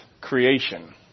creation